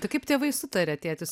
tai kaip tėvai sutarė tėtis